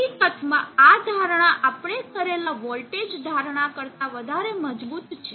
હકીકતમાં આ ધારણા આપણે કરેલા વોલ્ટેજ ધારણા કરતા વધારે મજબૂત છે